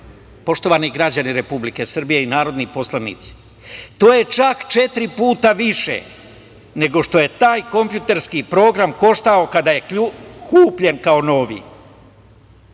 Poštovani građani Republike Srbije i narodni poslanici, to je čak četiri puta više nego što je taj kompjuterski program koštao kada je kupljen kao novi.